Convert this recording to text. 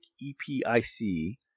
E-P-I-C